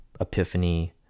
epiphany